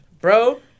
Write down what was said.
Bro